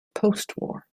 postwar